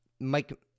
Mike